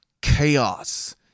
Chaos